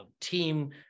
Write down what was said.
team